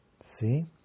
See